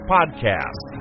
Podcast